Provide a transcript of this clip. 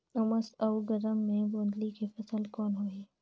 उमस अउ गरम मे गोंदली के फसल कौन होही?